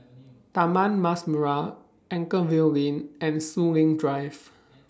Taman Mas Merah Anchorvale Lane and Soon Lee Drive